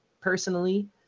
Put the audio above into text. personally